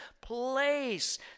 place